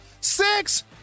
Six